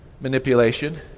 Manipulation